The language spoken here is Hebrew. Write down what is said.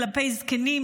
כלפי זקנים,